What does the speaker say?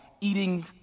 eating